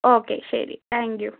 okay ശരി thank U